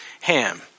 Ham